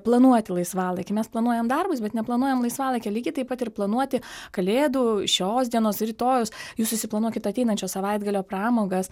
planuoti laisvalaikį mes planuojam darbus bet neplanuojam laisvalaikio lygiai taip pat ir planuoti kalėdų šios dienos rytojaus jūs susiplanuokit ateinančio savaitgalio pramogas